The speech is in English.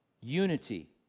Unity